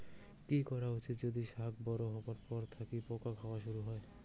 কি করা উচিৎ যদি শাক বড়ো হবার পর থাকি পোকা খাওয়া শুরু হয়?